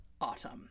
autumn